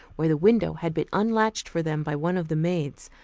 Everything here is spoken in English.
where the window had been unlatched for them by one of the maids,